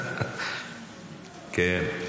כן.